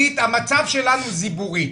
המצב שלנו זיבורית.